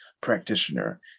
practitioner